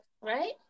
Right